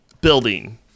building